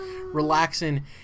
relaxing